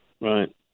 right